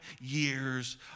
years